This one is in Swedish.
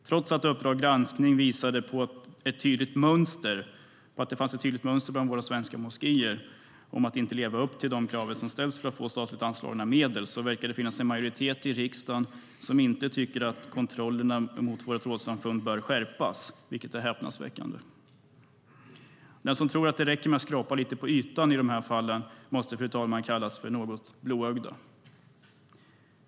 Trots att Uppdrag granskning visade på att det fanns ett tydligt mönster bland våra svenska moskéer att inte leva upp till de krav som ställs för att få statligt anslagna medel verkar det finnas en majoritet i riksdagen som inte tycker att kontrollerna av våra trossamfund bör skärpas, vilket är häpnadsväckande. Den som tror att det räcker med att skrapa lite på ytan i de här fallen måste, fru talman, kallas något blåögda.